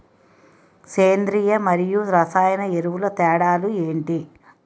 సేంద్రీయ మరియు రసాయన ఎరువుల తేడా లు ఏంటి?